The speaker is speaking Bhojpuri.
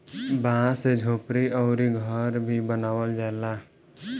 बांस से झोपड़ी अउरी घर भी बनावल जाला